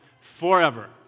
forever